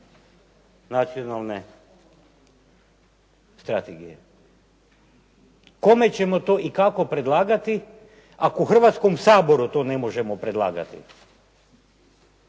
nacionalne strategije. Kome ćemo to i kako predlagati ako Hrvatskom saboru to ne možemo predlagati